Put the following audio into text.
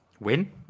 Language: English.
Win